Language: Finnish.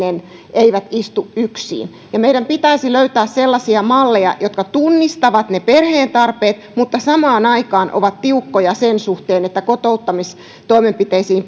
eivät istu yksiin meidän pitäisi löytää sellaisia malleja jotka tunnistavat perheen tarpeet mutta samaan aikaan ovat tiukkoja sen suhteen että kotouttamistoimenpiteisiin